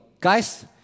guys